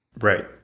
right